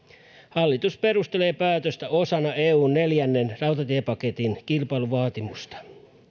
hallitus perustelee päätöstä osana eun neljännen rautatiepaketin kilpailutusvaatimusta